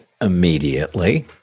immediately